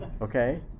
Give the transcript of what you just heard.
okay